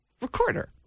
Recorder